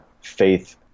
faith